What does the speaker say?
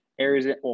Arizona